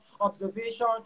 observation